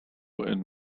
and